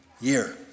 year